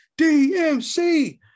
DMC